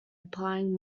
applying